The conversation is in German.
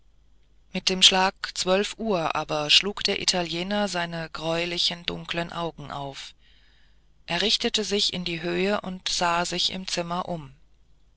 mit dem schlag zwölf uhr aber schlug der italiener seine gräulichen dunkeln augen auf er richtete sich in die höhe und sah sich im zimmer um